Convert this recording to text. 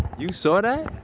you saw that?